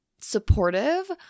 supportive